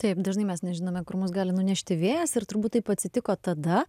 taip dažnai mes nežinome kur mus gali nunešti vėjas ir turbūt taip atsitiko tada